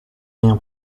rien